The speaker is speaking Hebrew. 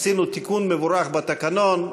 עשינו תיקון מבורך בתקנון,